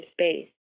space